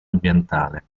ambientale